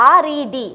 red